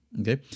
Okay